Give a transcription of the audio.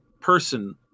person